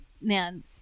man